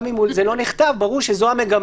-- גם אם הוא לא נכתב, ברור שזו המגמה.